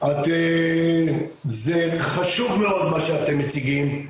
זה חשוב מאוד מה שאתם מציגים,